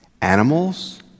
animals